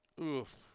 Oof